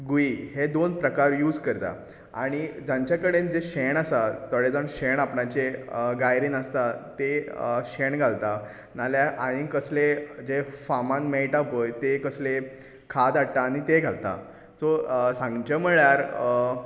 गुयी हे दोन प्रकार यूज करता आनी ताचे कडेन जे शेण आसा थोडें जाण शेण आपणाचें गायरेन आसता तें शेण घालतात ना जाल्यार आनी कसलें जें फार्मान मेळटा पळय तें कसलें खाद हाडटा आनी तें घालता सो सांगचें म्हणल्यार